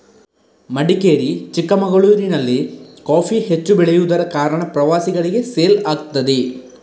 ಮಡಿಕೇರಿ, ಚಿಕ್ಕಮಗಳೂರಿನಲ್ಲಿ ಕಾಫಿ ಹೆಚ್ಚು ಬೆಳೆಯುದರ ಕಾರಣ ಪ್ರವಾಸಿಗಳಿಗೆ ಸೇಲ್ ಆಗ್ತದೆ